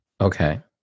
Okay